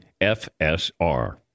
FSR